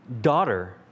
daughter